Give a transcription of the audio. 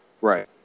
Right